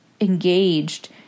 engaged